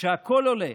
כשהכול עולה,